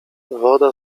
woda